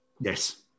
Yes